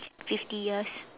fifty years